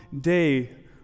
day